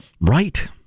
Right